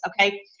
okay